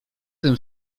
tym